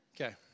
Okay